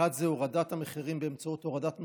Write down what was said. האחד זה הורדת המחירים באמצעות הורדת מכסים,